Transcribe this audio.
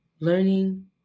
Learning